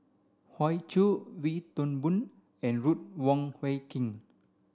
Hoey Choo Wee Toon Boon and Ruth Wong Hie King